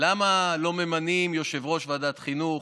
למה לא ממנים יושב-ראש ועדת חינוך.